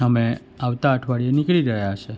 અમે આવતાં અઠવાડિયે નીકળી ગયા હશે